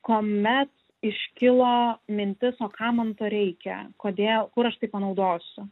kuomet iškilo mintis o kam man to reikia kodėl kur aš tai panaudosiu